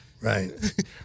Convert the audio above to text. right